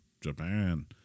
Japan